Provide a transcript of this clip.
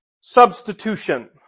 substitution